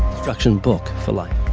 instruction book for life.